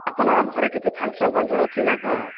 ଆପଣଙ୍କ ଘରେ କିଛି ଫାଙ୍କସନ ଫାଙ୍କସନ୍ ଅଛି ନା କ'ଣ